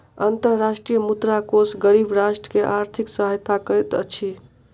अंतर्राष्ट्रीय मुद्रा कोष गरीब राष्ट्र के आर्थिक सहायता करैत अछि